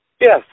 Yes